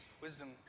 wisdom